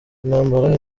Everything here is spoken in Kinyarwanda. intambara